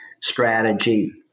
strategy